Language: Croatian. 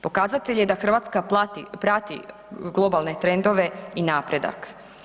Pokazatelj je da Hrvatska plati globalne trendove i napredak.